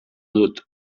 dut